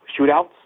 shootouts